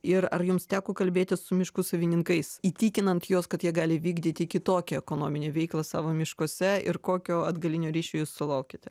ir ar jums teko kalbėtis su miškų savininkais įtikinant juos kad jie gali vykdyti kitokią ekonominę veiklą savo miškuose ir kokio atgalinio ryšio jūs sulaukėte